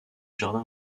jardin